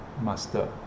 master